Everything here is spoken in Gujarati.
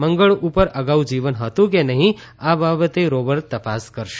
મંગળ ઉપર અગાઉ જીવન હતું કે નહી આ બાબતે રોવર તપાસ કરશે